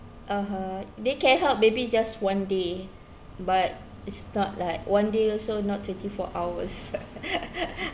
(uh huh) they can help maybe just one day but it's not like one day also not twenty four hours